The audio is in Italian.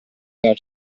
della